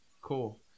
Cool